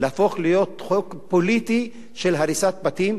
להפוך להיות חוק פוליטי של הריסת בתים,